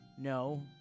no